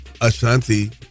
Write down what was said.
Ashanti